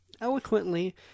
eloquently